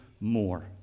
more